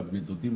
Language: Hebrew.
לבני דודים,